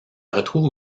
retrouve